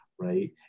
right